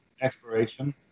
exploration